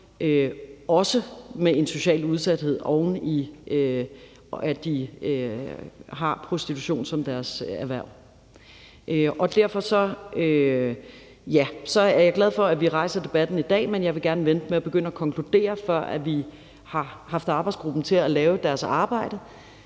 lever med en social udsathed, oven i at de har prostitution som deres erhverv. Derfor er jeg glad for, at vi rejser debatten i dag, men jeg vil gerne vente med at begynde at konkludere, før vi har haft arbejdsgruppen til at lave deres arbejde.